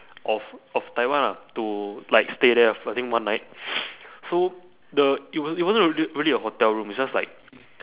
of of taiwan ah to like stay there ah for I think one night so the it was~ it wasn't rea~ really a hotel room it's just like